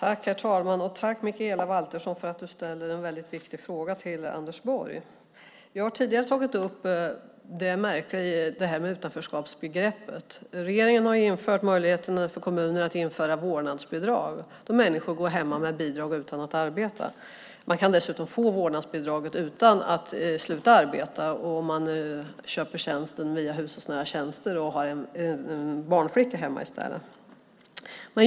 Herr talman! Jag tackar Mikaela Valtersson för att hon ställer en väldigt viktig fråga till Anders Borg. Vi har tidigare tagit upp det märkliga i utanförskapsbegreppet. Regeringen har infört möjligheten för kommunerna att införa vårdnadsbidrag, då människor går hemma med bidrag utan att arbeta. Man kan dessutom få vårdnadsbidrag utan att sluta arbeta om man köper tjänsten via hushållsnära tjänster och har en barnflicka hemma i stället.